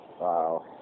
Wow